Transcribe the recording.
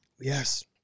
Yes